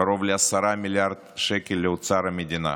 קרוב ל-10 מיליארד שקל לאוצר המדינה,